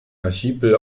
archipel